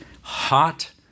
hot